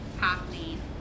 happening